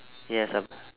yes I've